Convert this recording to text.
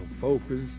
focus